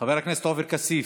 חבר הכנסת עופר כסיף,